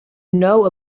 know